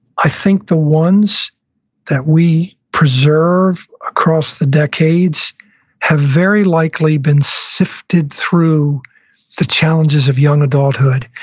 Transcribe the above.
i think the ones that we preserve across the decades have very likely been sifted through the challenges of young adulthood.